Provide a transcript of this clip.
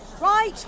Right